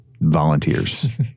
volunteers